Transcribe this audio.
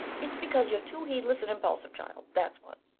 it's because you're too heedless and impulsive, child, that's what.